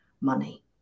money